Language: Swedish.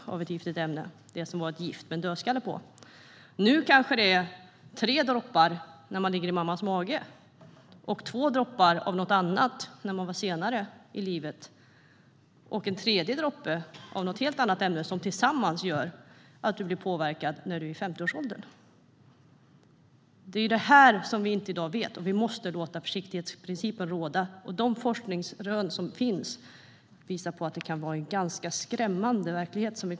Då var det gift, och det hade en dödskalle på flaskan. Nu kanske man får tre droppar av något när man ligger i mammas mage, två droppar av något annat senare i livet och sedan en tredje droppe av ytterligare ett ämne. Tillsammans gör de att man påverkas i 50-årsåldern. Det är detta vi inte vet i dag, och vi måste låta försiktighetsprincipen råda. De forskningsrön som finns visar att vi kan komma att få leva med en ganska skrämmande verklighet.